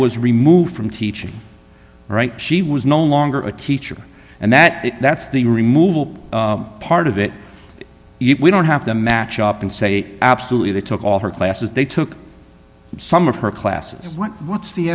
was removed from teaching she was no longer a teacher and that that's the removal part of it you don't have to match up and say absolutely they took all her classes they took some of her classes went what's the